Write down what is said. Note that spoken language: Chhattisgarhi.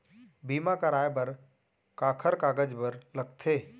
बीमा कराय बर काखर कागज बर लगथे?